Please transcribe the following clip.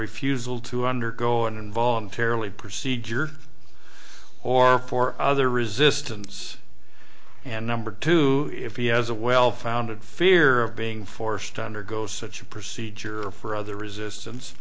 refusal to undergo an and voluntarily procedure or for other resistance and number two if he has a well founded fear of being forced to undergo such a procedure or for other resistance